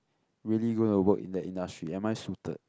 really going to work in the industry am I suited